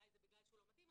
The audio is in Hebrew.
אולי זה בגלל שהוא לא מתאים,